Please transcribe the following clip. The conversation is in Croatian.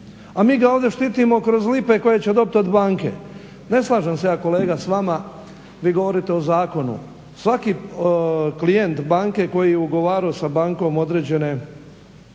a mi ga ovdje štitimo kroz lipe koje će dobiti od banke. Ne slažem se ja kolega s vama, vi govorite o zakonu. Svaki klijent banke koji je ugovarao s bankom određene